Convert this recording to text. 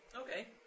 Okay